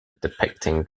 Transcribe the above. depicting